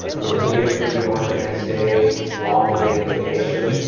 ah we're leaving for new york the next day, long awaited vacation.